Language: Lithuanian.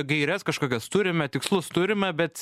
gaires kažkokias turime tikslus turime bet